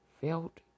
felt